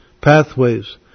pathways